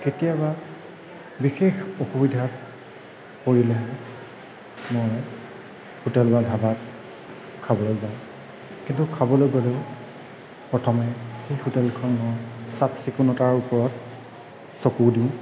কেতিয়াবা বিশেষ অসুবিধাত পৰিলেহে মই হোটেল বা ধাবাত খাবলৈ যাওঁ কিন্তু খাবলৈ গ'লেও প্ৰথমে সেই হোটেলখনৰ চাফ চিকুণতাৰ ওপৰত চকু দিওঁ